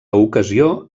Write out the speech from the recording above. ocasió